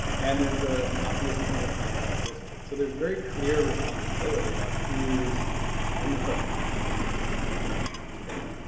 and there's ah an obvious point of contact listed. so there's very clear responsibility about who's on the hook for keeping this information up to date.